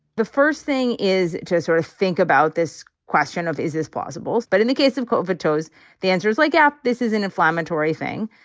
the first thing is to sort of think about this question of is this plausible? but in the case of vatos, the answer is like. this is an inflammatory thing.